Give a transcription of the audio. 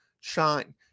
shine